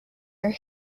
are